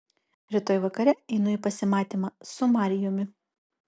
rytoj vakare einu į pasimatymą su marijumi